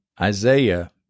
Isaiah